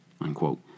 unquote